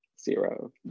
Zero